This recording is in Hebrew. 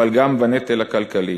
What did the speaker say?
אבל גם בנטל הכלכלי.